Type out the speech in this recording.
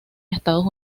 estados